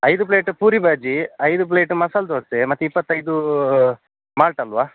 ಐದು ಪ್ಲೇಟ್ ಪೂರಿ ಭಾಜಿ ಐದು ಪ್ಲೇಟ್ ಮಸಾಲ ದೋಸೆ ಮತ್ತೆ ಇಪ್ಪತೈದು ಮಾಲ್ಟ್ ಅಲ್ವ